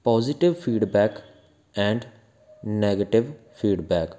positive feed and negative feedback